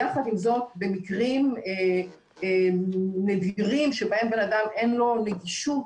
יחד עם זאת במקרים נדירים שבהם לאדם אין נגישות,